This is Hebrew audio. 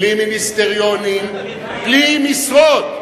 בלי מיניסטריונים, בלי משרות,